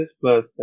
plus